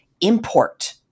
import